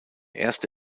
erste